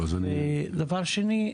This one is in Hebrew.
דבר שני,